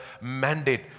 mandate